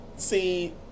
See